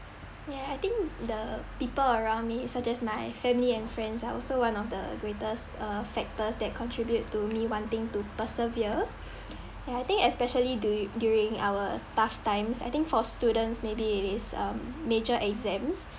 ya I think the people around me such as my family and friends are also one of the greatest uh factors that contribute to me wanting to persevere and I think especially duri~ during our tough times I think for students maybe it is um major exams